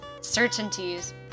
certainties